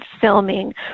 filming